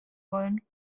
wollen